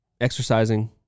Exercising